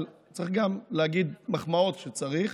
אבל צריך גם להגיד מחמאות כשצריך,